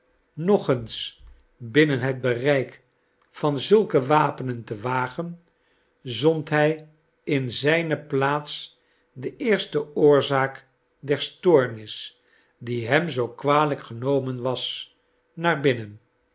nog eens binnen het bereik van zulke wapenen te wagen zond hij in zijne plaats de eerste oorzaak der stoornis die hem zoo kwalijk genomen was naar binnen